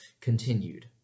continued